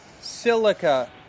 silica